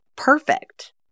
perfect